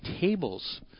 tables